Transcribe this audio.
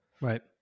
Right